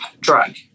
drug